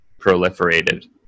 proliferated